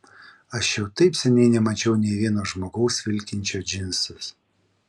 aš jau taip seniai nemačiau nei vieno žmogaus vilkinčio džinsus